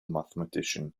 mathematician